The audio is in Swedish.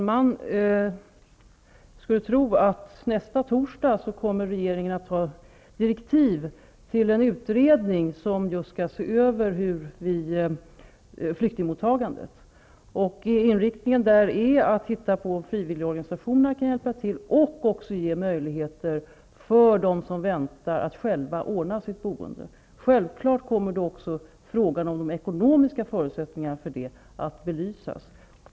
Herr talman! Nästa torsdag förväntas regeringen lämna direktiv till en utredning som skall se över just flyktingmottagandet. Inriktningen är att se över hur frivilligorganisationerna kan hjälpa till och också att ge möjlighet för dem som väntar att själva ordna sitt boende. Självfallet kommer då också frågan om de ekonomiska förutsättningarna för detta att belysas.